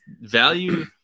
value